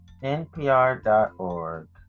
NPR.org